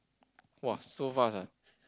!wah! so fast uh